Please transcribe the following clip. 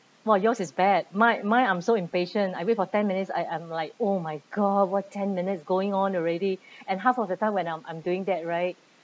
!wah! yours is bad my my I'm so impatient I wait for ten minutes I I'm like oh my god what ten minutes going on already and half of the time when I'm I'm doing that right